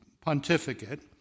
pontificate